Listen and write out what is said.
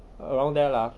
around there lah